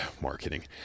marketing